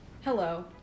Hello